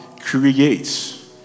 creates